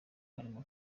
harimo